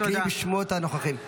הקריאי את שמות הנוכחים.